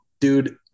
dude